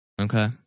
okay